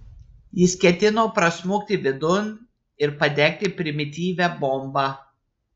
jis ketino prasmukti vidun ir padegti primityvią bombą